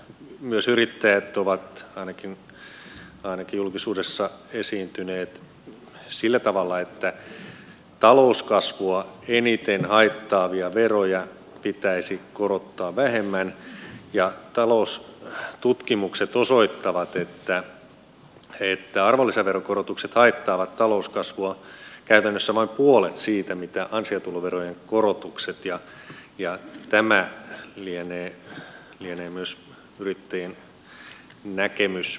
myös yrittäjät ovat ainakin julkisuudessa esiintyneet sillä tavalla että talouskasvua eniten haittaavia veroja pitäisi korottaa vähemmän ja taloustutkimukset osoittavat että arvonlisäverokorotukset haittaavat talouskasvua käytännössä vain puolet siitä mitä ansiotuloverojen korotukset ja tämä lienee myös yrittäjien näkemys